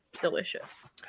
Delicious